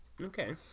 Okay